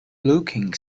looking